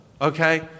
Okay